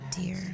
dear